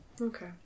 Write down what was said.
Okay